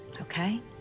Okay